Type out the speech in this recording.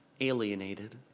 alienated